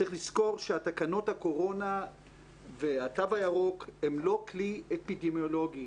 צריך לזכור שתקנות הקורונה והתו הירוק הם לא כלי אפידמיולוגי,